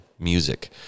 music